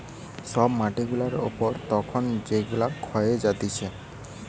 সব মাটি গুলা উপর তখন যেগুলা ক্ষয়ে যাতিছে